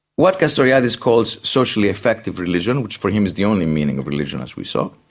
what castoriadis calls socially effective religion, which for him is the only meaning of religion as we saw,